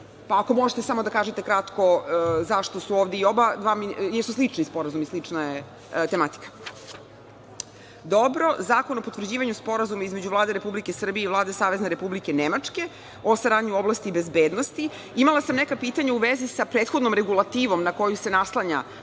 Ako možete samo da kažete kratko, pošto su slični sporazumi i slična je tematika. Sedmo, Predlog zakona o potvrđivanju Sporazuma između Vlade Republike Srbije i Vlade Savezne Republike Nemačke o saradnji u oblasti bezbednosti. Imala sam neka pitanja u vezi sa prethodnom regulativom na koju se naslanja